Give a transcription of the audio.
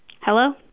Hello